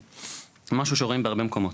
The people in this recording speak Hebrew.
וזה משהו מגמתי שרואים בהרבה מקומות.